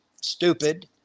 stupid